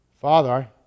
Father